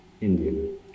Indian